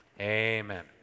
Amen